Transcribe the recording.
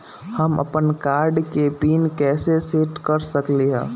हम अपन कार्ड के पिन कैसे सेट कर सकली ह?